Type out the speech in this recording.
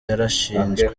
yarashinzwe